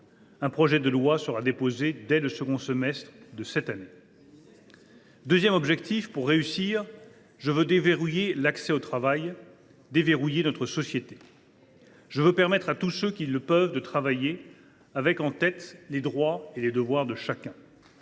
Un projet de loi sera déposé dès le second semestre de cette année. « Autre objectif : pour réussir, je veux déverrouiller l’accès au travail et déverrouiller notre société. « Je veux permettre à tous ceux qui le peuvent de travailler, avec en tête les droits et les devoirs de chacun